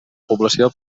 població